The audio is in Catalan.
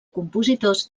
compositors